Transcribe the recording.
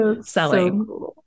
selling